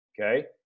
Okay